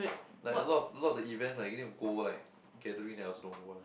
like a lot a lot of the events I need to go like gathering I also don't go one